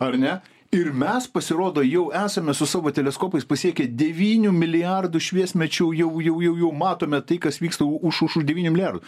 ar ne ir mes pasirodo jau esame su savo teleskopais pasiekę devynių milijardų šviesmečių jau jau jau jau matome tai kas vyksta už už devynių milijardų